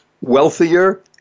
wealthier